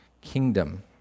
kingdom